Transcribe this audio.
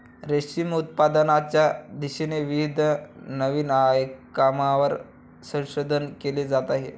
रेशीम उत्पादनाच्या दिशेने विविध नवीन आयामांवर संशोधन केले जात आहे